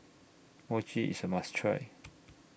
Mochi IS A must Try